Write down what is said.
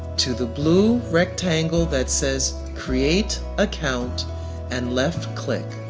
to the blue rectangle that says create account and left click.